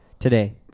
Today